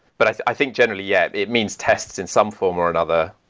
but i i think, generally, yeah. it means tested in some form or another,